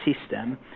system